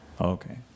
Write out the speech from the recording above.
okay